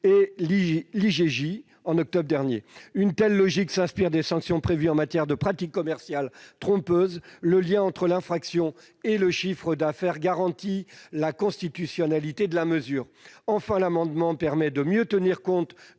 justice en octobre dernier. Un tel dispositif s'inspire des sanctions prévues en matière de pratiques commerciales trompeuses. Le lien entre l'infraction et le chiffre d'affaires garantit la constitutionnalité de la mesure. Enfin, cet amendement tend à mieux tenir compte,